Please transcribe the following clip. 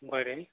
बरें